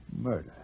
Murder